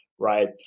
right